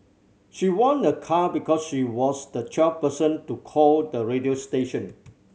she won a car because she was the twelfth person to call the radio station